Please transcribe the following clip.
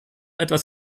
etwas